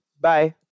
bye